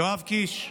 יואב קיש,